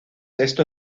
esto